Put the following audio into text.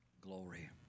Glory